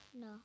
No